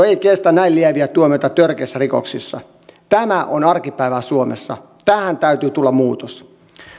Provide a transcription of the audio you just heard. ei kestä näin lieviä tuomioita törkeissä rikoksissa tämä on arkipäivää suomessa tähän täytyy tulla muutos